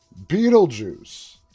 Beetlejuice